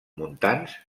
montans